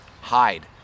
hide